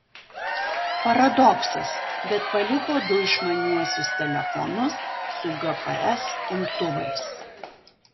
paradoksas bet paliko du išmaniuosius telefonus su gps imtuvais